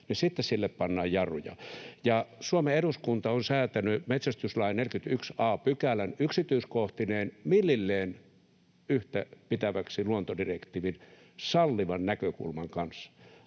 sitten sille pannaan jarruja. Suomen eduskunta on säätänyt metsästyslain 41 a §:n yksityiskohtineen millilleen yhtäpitäväksi luontodirektiivin sallivan näkökulman kanssa